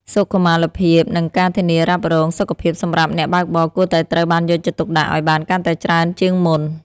សុខុមាលភាពនិងការធានារ៉ាប់រងសុខភាពសម្រាប់អ្នកបើកបរគួរតែត្រូវបានយកចិត្តទុកដាក់ឱ្យបានកាន់តែច្រើនជាងមុន។